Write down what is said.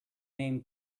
name